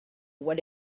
what